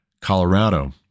Colorado